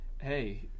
Hey